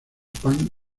pan